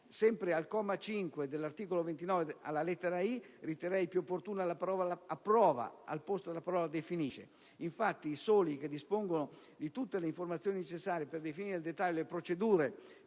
Sempre al comma 5 dell'articolo 29, alla lettera *i*), riterrei più opportuna la parola «approva» al posto della parola «definisce». Infatti i soli che dispongono di tutte le informazioni necessarie per definire nel dettaglio le procedure